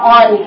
on